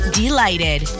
delighted